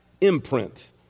imprint